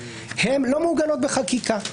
לא מעוגנות בחקיקה.